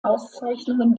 auszeichnungen